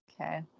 Okay